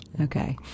Okay